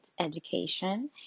education